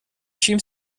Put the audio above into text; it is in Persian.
شیم